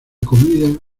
comida